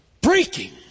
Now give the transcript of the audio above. breaking